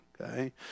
okay